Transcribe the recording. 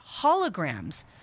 holograms